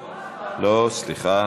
לא, סליחה,